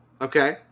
Okay